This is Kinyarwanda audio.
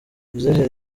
muzehe